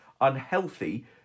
unhealthy